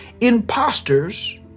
imposters